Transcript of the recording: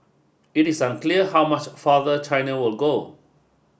it is unclear how much farther China will go